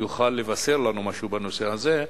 יוכל לבשר לנו משהו בנושא הזה,